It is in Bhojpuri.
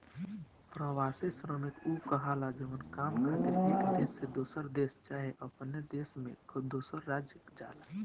प्रवासी श्रमिक उ कहाला जवन काम खातिर एक देश से दोसर देश चाहे अपने देश में दोसर राज्य जाला